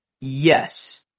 Yes